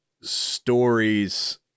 stories